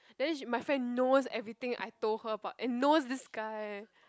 then she my friend knows everything I told her about and knows this guy